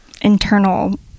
internal